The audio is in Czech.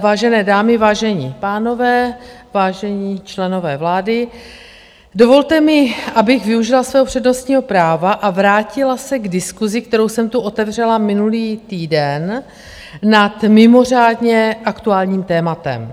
Vážené dámy, vážení pánové, vážení členové vlády, dovolte mi, abych využila svého přednostního práva a vrátila se k diskusi, kterou jsem tu otevřela minulý týden, nad mimořádně aktuálním tématem.